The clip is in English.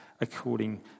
according